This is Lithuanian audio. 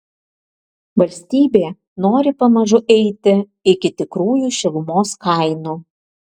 valstybė nori pamažu eiti iki tikrųjų šilumos kainų